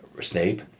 Snape